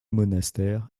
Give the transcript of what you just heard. monastère